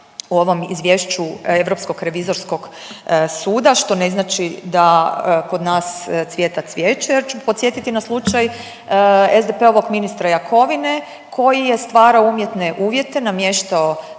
u ovom izvješću Europskog revizorskog suda, što ne znači da kod nas cvjeta cvijeće. Ja ću podsjetiti na slučaj SDP-ovog ministra Jakovine koji je stvarao umjetne uvjete, namještao